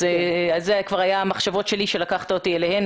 אלה היו המחשבות שלי שלקחת אותי אליהן